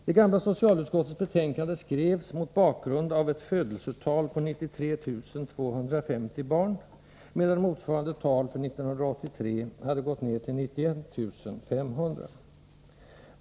Det gamla socialutskottets betänkande skrevs mot bakgrund av ett födelsetal på 93 250 barn, medan motsvarande tal för 1983 hade gått ned till 91 500.